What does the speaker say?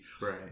Right